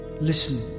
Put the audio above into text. Listen